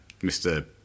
Mr